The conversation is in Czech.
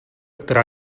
která